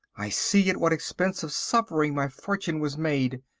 i see at what expense of suffering my fortune was made.